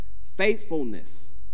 faithfulness